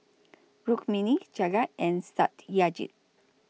Rukmini Jagat and Satyajit